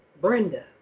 brenda